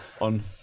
on